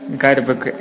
guidebook